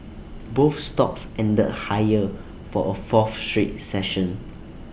both stocks ended higher for A fourth straight session